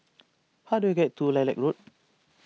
how do I get to Lilac Road